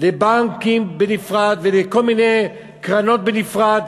לבנקים בנפרד, ולכל מיני קרנות בנפרד,